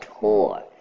tour